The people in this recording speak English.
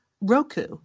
Roku